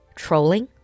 trolling